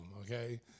okay